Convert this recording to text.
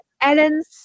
Ellen's